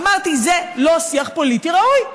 אמרתי: זה לא שיח פוליטי ראוי.